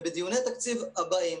ובדיוני התקציב הבאים,